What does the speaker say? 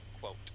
quote